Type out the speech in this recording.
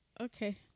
Okay